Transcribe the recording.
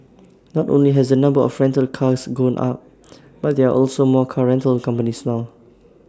not only has the number of rental cars gone up but there are also more car rental companies now